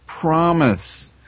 promise